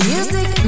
Music